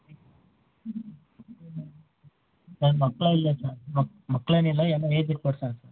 sir ಮಕ್ಕಳಿಲ್ಲ sir ಮಕ್ ಮಕ್ಕಳೇನಿಲ್ಲ ಎಲ್ಲ ಏಜ್ಡ್ ಪರ್ಸನ್